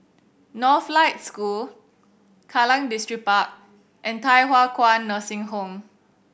Northlight School Kallang Distripark and Thye Hua Kwan Nursing Home